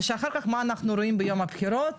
ושאחר כך מה אנחנו רואים ביום הבחירות?